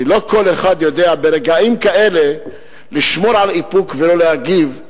כי לא כל אחד יודע ברגעים כאלה לשמור על איפוק ולא להגיב,